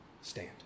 stand